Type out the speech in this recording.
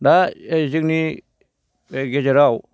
दा जोंनि गेजेराव